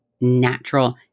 natural